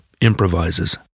improvises